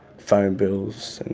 phone bills,